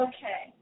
Okay